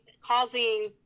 causing